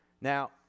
Now